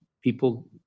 People